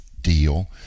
deal